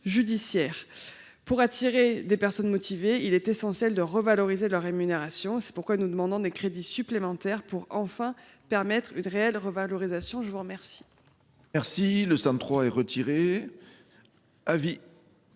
judiciaire. Pour attirer des personnes motivées, il est essentiel de mieux les rémunérer. C’est pourquoi nous demandons des crédits supplémentaires pour, enfin, garantir une réelle revalorisation. Quel